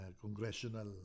congressional